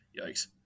yikes